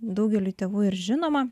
daugeliui tėvų ir žinoma